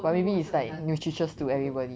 but maybe is like nutritious to everybody